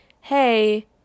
hey